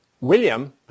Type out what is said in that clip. William